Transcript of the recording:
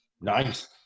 Nice